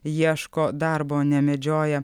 ieško darbo o ne medžioja